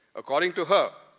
according to her,